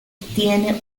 tiene